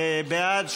בעד,